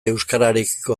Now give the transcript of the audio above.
euskararekiko